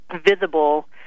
visible